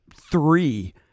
three